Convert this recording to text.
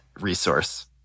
resource